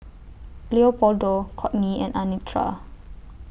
Leopoldo Kortney and Anitra